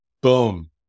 Boom